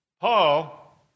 Paul